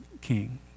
king